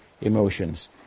emotions